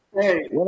Hey